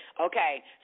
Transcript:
Okay